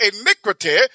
iniquity